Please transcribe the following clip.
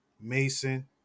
Mason